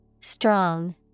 Strong